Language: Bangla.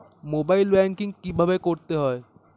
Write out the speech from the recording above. মোবাইল ব্যাঙ্কিং কীভাবে করতে হয়?